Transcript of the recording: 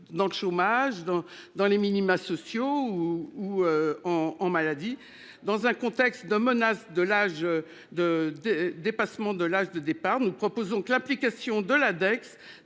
Dans le chômage dans dans les minima sociaux ou ou en en maladie dans un contexte de menace de l'âge de, de dépassement de l'âge de départ. Nous proposons que l'application de la Dex